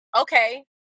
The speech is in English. okay